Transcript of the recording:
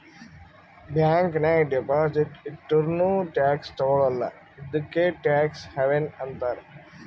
bank ನಾಗ್ deposit ಇಟ್ಟುರ್ನೂ tax ತಗೊಳಲ್ಲ ಇದ್ದುಕೆ ಟ್ಯಾಕ್ಸ್ ಹವೆನ್ ಅಂತಾರ್